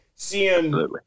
Seeing